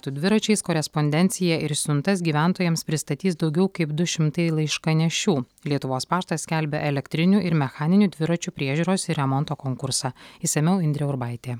tų dviračiais korespondenciją ir siuntas gyventojams pristatys daugiau kaip du šimtai laiškanešių lietuvos paštas skelbia elektrinių ir mechaninių dviračių priežiūros ir remonto konkursą išsamiau indrė urbaitė